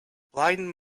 blind